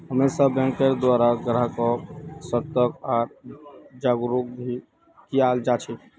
हमेशा बैंकेर द्वारा ग्राहक्क सतर्क आर जागरूक भी कियाल जा छे